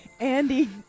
Andy